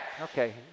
Okay